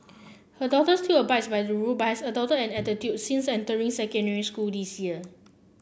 her daughter still abides by the rule but has adopted an attitude since entering secondary school this year